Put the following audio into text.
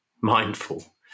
mindful